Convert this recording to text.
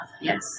yes